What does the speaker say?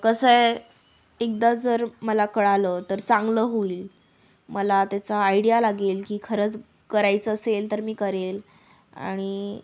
कसं आहे एकदा जर मला कळालं तर चांगलं होईल मला त्याचा आयडिया लागेल की खरंच करायचं असेल तर मी करेल आणि